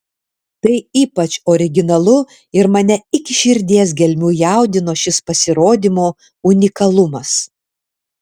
tai ypač originalu ir mane iki širdies gelmių jaudino šis pasirodymo unikalumas